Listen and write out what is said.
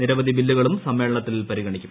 നിരവധി ബില്ലുകളും സമ്മേളനത്തിൽ പരിഗണിക്കും